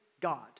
God